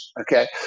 Okay